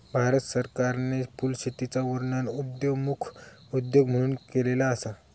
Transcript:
भारत सरकारने फुलशेतीचा वर्णन उदयोन्मुख उद्योग म्हणून केलेलो असा